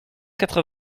quatre